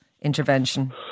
intervention